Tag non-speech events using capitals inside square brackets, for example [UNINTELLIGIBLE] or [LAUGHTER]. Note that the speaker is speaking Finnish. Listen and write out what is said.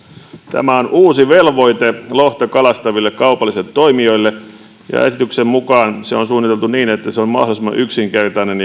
tämä on uusi velvoite lohta kalastaville kaupallisille toimijoille ja esityksen mukaan se on suunniteltu niin että se on mahdollisimman yksinkertainen [UNINTELLIGIBLE]